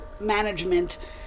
management